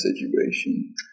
situation